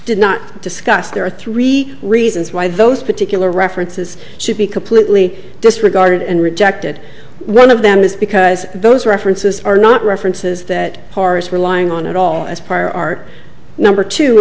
did not discuss there are three reasons why those particular references should be completely disregarded and rejected one of them is because those references are not references that pars were lying on at all as par number t